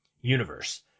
universe